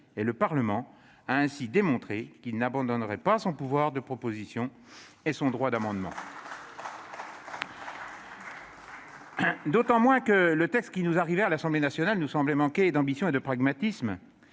Le Parlement a ainsi démontré qu'il n'abandonnerait pas son pouvoir de proposition et son droit d'amendement. Le texte qui nous arrivait de l'Assemblée nationale nous semblait manquer d'ambition et de pragmatisme.